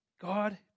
God